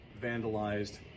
vandalized